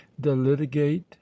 delitigate